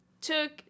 took